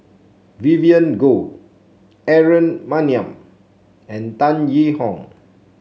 Vivien Goh Aaron Maniam and Tan Yee Hong